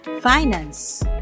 finance